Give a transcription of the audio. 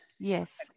Yes